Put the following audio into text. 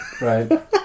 right